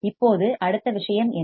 இப்போது அடுத்த விஷயம் என்ன